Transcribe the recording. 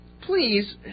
please